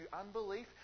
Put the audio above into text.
unbelief